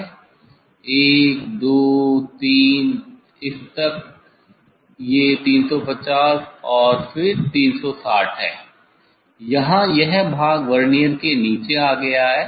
1 2 3 इस तक ये 350 और फिर 360 हैं यहाँ यह भाग वर्नियर के नीचे आ गया है